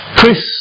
Chris